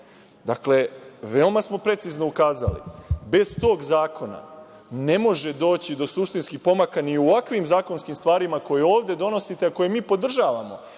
onoga. Dakle, veoma smo precizno ukazali, bez tog zakona ne može doći do suštinskih pomaka ni u ovakvim zakonskim stvarima koje ovde donosite, a koje mi podržavamo